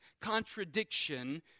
contradiction